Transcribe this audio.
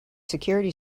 security